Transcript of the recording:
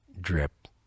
drip